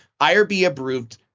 IRB-approved